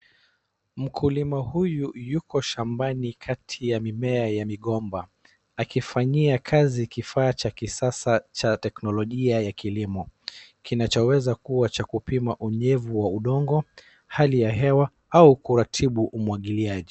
Mkulima huyu yuko shambani kati ya mimea ya migomba akifanyia kazi kifaa cha kisasa cha teknolojia ya kilimo, kinachoweza kuwa cha kupima unyevu wa udongo, hali ya hewa au kuwatibu umwagiliaji.